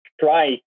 try